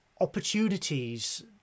opportunities